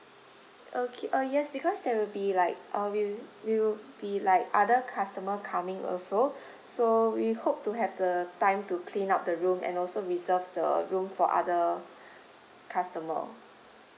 okay uh yes because there will be like uh we'll we will be like other customer coming also so we hope to have the time to clean up the room and also reserve the room for other customer